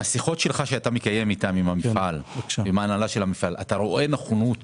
האם מהשיחות שאתה מקיים עם ההנהלה של המפעל אתה רואה נכונות